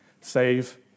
save